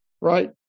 Right